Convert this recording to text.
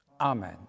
amen